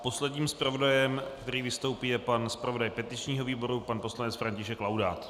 Posledním zpravodajem, který vystoupí, je zpravodaj petičního výboru, pan poslanec František Laudát.